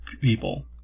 people